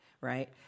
right